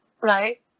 right